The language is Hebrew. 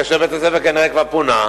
כאשר בית-הספר כבר פונה,